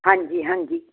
ਹਾਂਜੀ ਹਾਂਜੀ